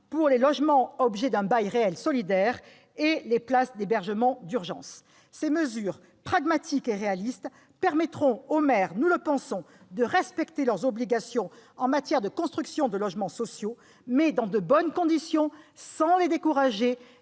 des logements objets d'un bail réel solidaire et des places d'hébergement d'urgence. Ces mesures pragmatiques et réalistes permettront aux maires de respecter leurs obligations de construction de logements sociaux dans de bonnes conditions, sans les décourager,